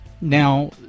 Now